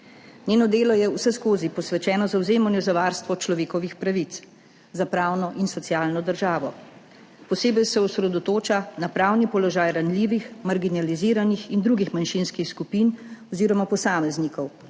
Njeno delo je vseskozi posvečeno zavzemanju za varstvo človekovih pravic, za pravno in socialno državo. Posebej se osredotoča na pravni položaj ranljivih, marginaliziranih in drugih manjšinskih skupin oziroma posameznikov,